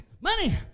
Money